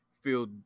feel